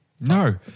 No